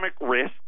risk